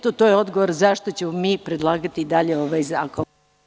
To je odgovor zašto ćemo mi predlagati i dalje ovaj zakon.